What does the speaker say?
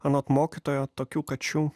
anot mokytojo tokių kačių